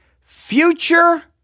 Future